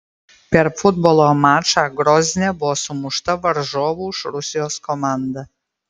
per futbolo mačą grozne buvo sumušta varžovų iš rusijos komanda